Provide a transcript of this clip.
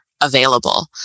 available